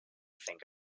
think